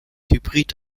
hybrid